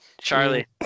Charlie